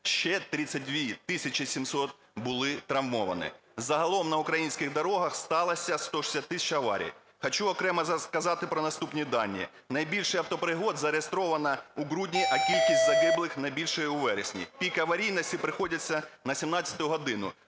Ще 32 тисячі 700 були травмовані. Загалом на українських дорогах сталося 160 тисяч аварій. Хочу окремо сказати про наступні дані. Найбільше автопригод зареєстровано у грудні, а кількість загиблих найбільша у вересні. Пік аварійності приходиться на 17 годину,